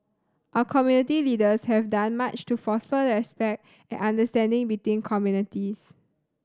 our community leaders have done much to foster respect and understanding between communities